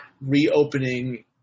reopening